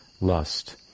lust